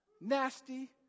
nasty